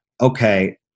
okay